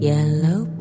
Yellow